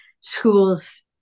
schools